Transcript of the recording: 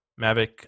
Mavic